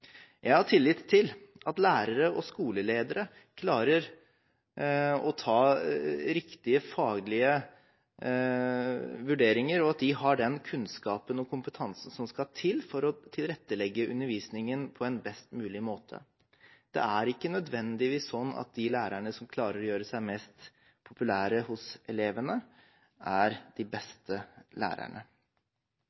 Jeg har tillit til at lærere og skoleledere klarer å ta riktige faglige vurderinger, og at de har den kunnskapen og kompetansen som skal til for å tilrettelegge undervisningen på en best mulig måte. Det er ikke nødvendigvis sånn at de lærerne som klarer å gjøre seg mest populære hos elevene, er de